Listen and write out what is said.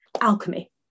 alchemy